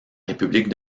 république